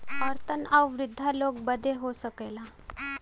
औरतन आउर वृद्धा लोग बदे हो सकला